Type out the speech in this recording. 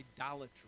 idolatry